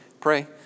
Pray